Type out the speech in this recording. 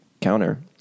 counter